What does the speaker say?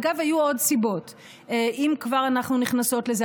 אגב, היו עוד סיבות, אם כבר אנחנו נכנסות לזה.